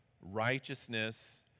righteousness